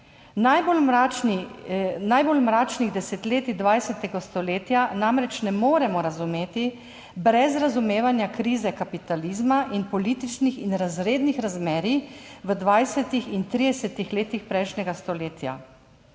najbolj mračnih desetletij 20. stoletja namreč ne moremo razumeti brez razumevanja krize kapitalizma in političnih in razrednih razmerij v 20 in 30 letih prejšnjega stoletja.